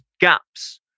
gaps